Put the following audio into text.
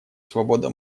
свобода